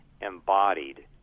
embodied